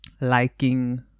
liking